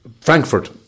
Frankfurt